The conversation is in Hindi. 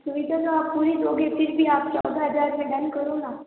सुविधा तो आप पूरी दोगे फिर भी आप चौदह हजार में डन करो ना